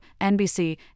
NBC